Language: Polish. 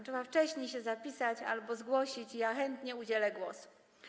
Trzeba wcześniej się zapisać albo zgłosić i ja chętnie udzielę głosu.